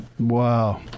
Wow